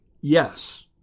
Yes